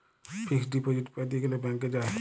fixed deposit প্যাতে গ্যালে ব্যাংকে যায়